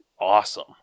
awesome